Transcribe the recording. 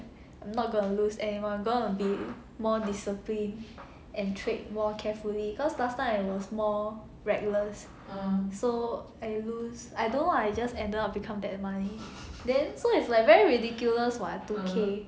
I'm not gonna lose anymore I'm gonna be more disciplined and trade more carefully cause last time I was more reckless so I lose I don't know lah I just ended up become that money then so is like very ridiculous [what] two K